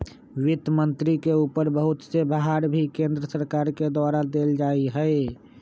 वित्त मन्त्री के ऊपर बहुत से भार भी केन्द्र सरकार के द्वारा देल जा हई